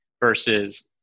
versus